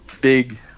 big